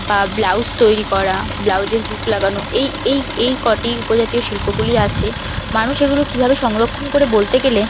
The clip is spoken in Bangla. বা ব্লাউজ তৈরি করা ব্লাউজের হুঁক লাগানো এই এই এই কটি উপজাতীয় শিল্পগুলি আছে মানুষ এগুলো কীভাবে সংরক্ষণ করে বলতে গেলে